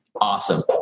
Awesome